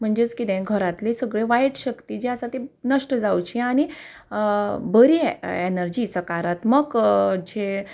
म्हणजेच कितें घरांतली सगळी वायट शक्ती जी आसा ती नश्ट जावची आनी बरी ए एनर्जी सकारात्मक जें